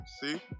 See